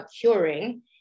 curing